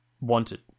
wanted